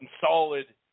solid